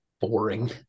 boring